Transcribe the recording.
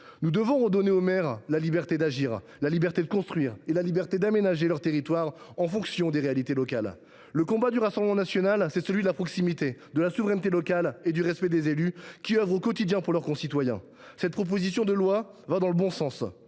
Nous devons redonner aux maires la liberté d’agir, la liberté de construire et la liberté d’aménager leur territoire en fonction des réalités locales. Le combat du Rassemblement national est celui de la proximité, de la souveraineté locale et du respect des élus, qui œuvrent au quotidien pour leurs concitoyens. Cette proposition de loi va dans le bon sens,